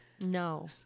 no